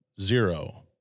zero